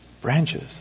branches